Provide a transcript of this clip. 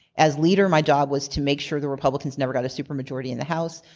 as leader, my job was to make sure the republicans never got a super majority in the house,